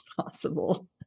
possible